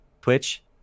Twitch